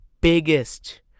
biggest